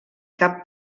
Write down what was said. cap